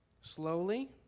Slowly